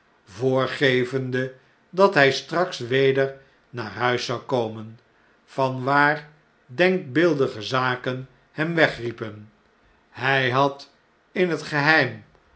voorgevende dathjjstraks weder naar huis zou komen van waar denkbeeldige zaken hem wegriepen hg had in het geheim